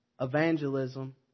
evangelism